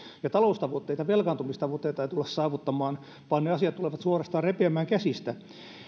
ja taloustavoitteita velkaantumistavoitteita ei tulla saavuttamaan vaan ne asiat tulevat suorastaan repeämään käsistä